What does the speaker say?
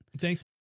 thanks